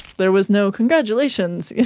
there was no congratulations, yeah